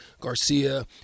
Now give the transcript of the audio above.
Garcia